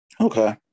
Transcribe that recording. Okay